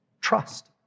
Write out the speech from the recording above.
trust